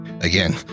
again